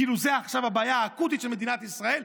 כאילו זה עכשיו הבעיה האקוטית של מדינת ישראל.